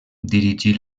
dirigí